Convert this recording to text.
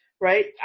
right